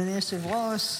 אדוני היושב-ראש,